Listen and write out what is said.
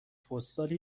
پستالی